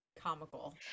comical